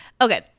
Okay